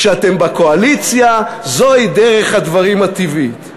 כשאתם בקואליציה זו היא דרך הדברים הטבעית.